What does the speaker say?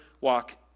walk